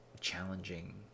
challenging